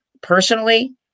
personally